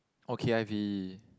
oh k_i_v